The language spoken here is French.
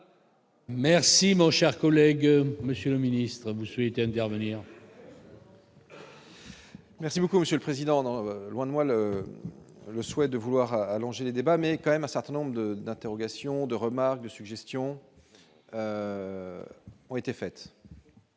Merci mon cher collègue, Monsieur le Ministre, vous souhaitez intervenir. Merci beaucoup monsieur le président, dans la loin de moi le le souhait de vouloir allonger les débats, mais quand même un certain nombre de d'interrogations de remarques, suggestions. Ont été faites.